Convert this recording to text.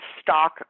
stock